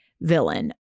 villain